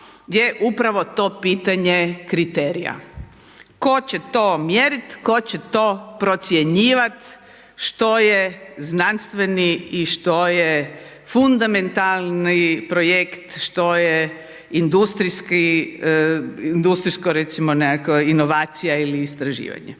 je upravo to pitanje kriterija. Tko će to mjeriti, tko će to procjenjivati što je znanstveni i što je fundamentalni projekt, što je industrijska inovacija ili istraživanje.